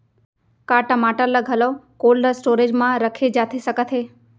का टमाटर ला घलव कोल्ड स्टोरेज मा रखे जाथे सकत हे?